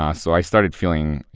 ah so i started feeling,